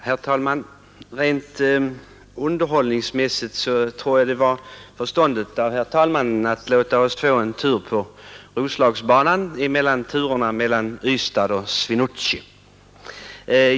Herr talman! Rent underhållningsmässigt tror jag det var förståndigt av herr talmannen att låta oss få en tur på Roslagsbanan som omväxling till turerna mellan Ystad och Swinoujscie!